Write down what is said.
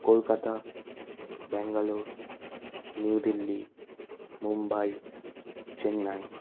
Kolkata Bangalore New Delhi Mumbai Chennai